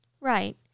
Right